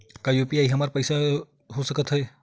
का यू.पी.आई से हमर पईसा हो सकत हे?